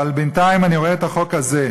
אבל בינתיים אני רואה את החוק הזה,